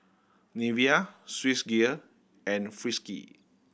Nivea Swissgear and Frisky